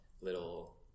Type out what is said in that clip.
little